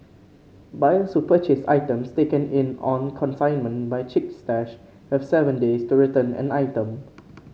buyers who purchase items taken in on consignment by Chic Stash have seven days to return an item